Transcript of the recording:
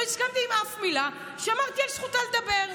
לא הסכמתי עם אף מילה ושמרתי על זכותה לדבר.